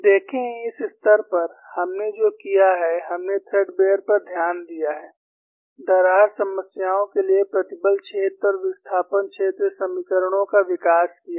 देखें इस स्तर पर हमने जो किया है हमने थ्रेडबेयर पर ध्यान दिया है दरार समस्याओं के लिए प्रतिबल क्षेत्र और विस्थापन क्षेत्र समीकरणों का विकास किया है